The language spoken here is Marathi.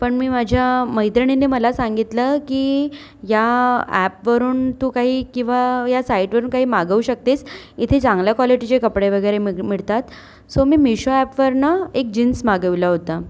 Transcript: पण मी माझ्या मैत्रिणींनी मला सांगितलं की या ॲपवरून तू काही किंवा या साइटवरून काही मागवू शकतेस इथे चांगल्या क्वॉलिटीचे कपडे वगैरे मिड मिळतात सो मी मीशो ॲपवरनं एक जीन्स मागवला होता